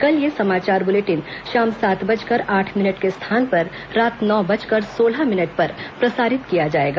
कल यह समाचार बुलेटिन शाम सात बजकर आठ मिनट के स्थान पर रात नौ बजकर सोलह मिनट पर प्रसारित किया जाएगा